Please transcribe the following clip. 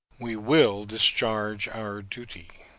we will discharge our duty.